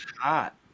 hot